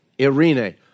irene